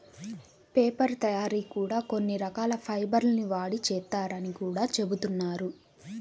paper తయ్యారీ కూడా కొన్ని రకాల ఫైబర్ ల్ని వాడి చేత్తారని గూడా జెబుతున్నారు